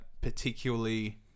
particularly